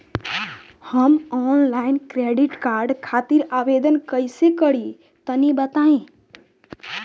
हम online credit card खातिर आवेदन कइसे करि तनि बताई?